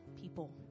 people